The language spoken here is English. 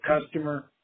customer